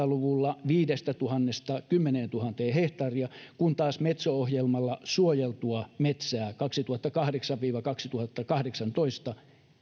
luvulla viidestätuhannesta kymmeneentuhanteen hehtaaria kun taas metso ohjelmalla suojeltua metsää kaksituhattakahdeksan viiva kaksituhattakahdeksantoista